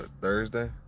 Thursday